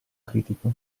critico